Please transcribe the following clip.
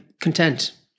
content